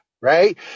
right